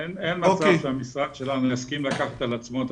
אין מצב שהמשרד שלנו יסכים לקחת על עצמו את